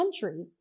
country